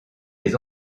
les